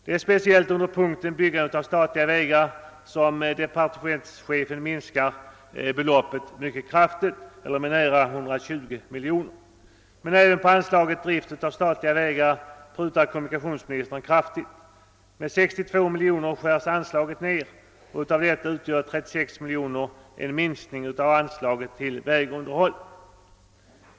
Det är speciellt under punkten Byggande av statliga vägar som departementschefen minskar beloppen mycket kraftigt eller med nära 120 miljoner kronor. Även på anslaget Drift av statliga vägar prutar kommunikationsministern kraftigt. Anslaget skärs ned med 62 miljoner kronor, och härav utgör 36 miljoner kronor en minskning av anslaget till vägunderhåll.